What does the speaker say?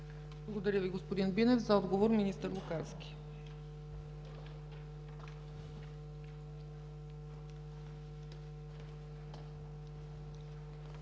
Благодаря Ви, господин Бинев. За отговор – министър Лукарски.